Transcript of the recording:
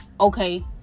okay